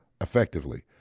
effectively